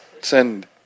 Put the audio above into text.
send